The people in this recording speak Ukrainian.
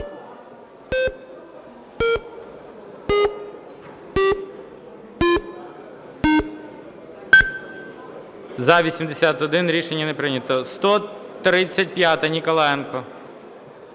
За-81 Рішення не прийнято. 135-а, Ніколаєнко.